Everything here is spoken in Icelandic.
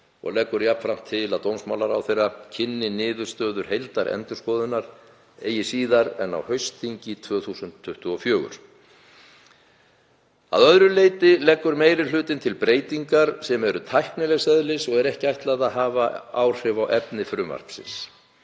og leggur jafnframt til að dómsmálaráðherra kynni niðurstöður heildarendurskoðunar eigi síðar en á haustþingi 2024. Að öðru leyti leggur meiri hlutinn til breytingar sem eru tæknilegs eðlis og er ekki ætlað að hafa áhrif á efni frumvarpsins.